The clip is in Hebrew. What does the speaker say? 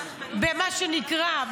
במה שנקרא,